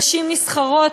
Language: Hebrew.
נשים נסחרות,